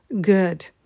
good